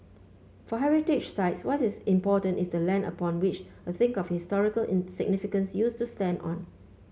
for heritage sites what is important is the land upon which a thing of historical in significance used to stand on